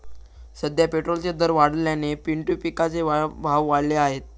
सध्या पेट्रोलचे दर वाढल्याने पिंटू पिकाचे भाव वाढले आहेत